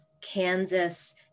Kansas